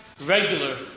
regular